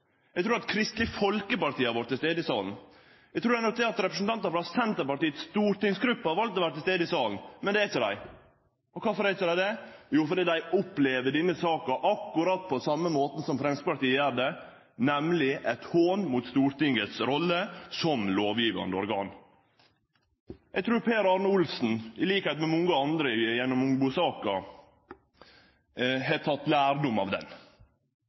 Eg trur at til og med representantar frå Senterpartiets stortingsgruppe hadde valt å vere til stades i salen. Men det er dei ikkje. Kvifor er dei ikkje det? Jo, fordi dei opplever denne saka akkurat på same måten som Framstegspartiet gjer, nemleg som ein hån mot Stortingets rolle som lovgivande organ. Eg trur Per Arne Olsen, til liks med mange andre, gjennom Ungbo-saka har teke lærdom av ho i den